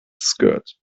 skirt